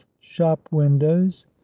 shop-windows